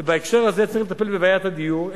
ובהקשר הזה צריך לטפל בבעיית הדיור.